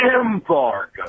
embargo